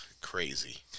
Crazy